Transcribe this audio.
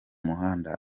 muhanda